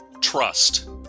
Trust